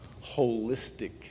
Holistic